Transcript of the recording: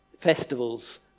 festivals